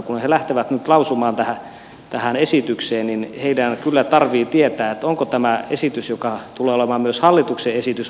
kun he lähtevät nyt lausumaan tähän esitykseen niin heidän kyllä tarvitsee tietää onko tämä esitys joka tulee mahdollisesti olemaan myös hallituksen esitys lopullinen